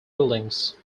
buildings